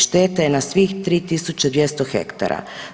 Šteta je na svih 3200 hektara.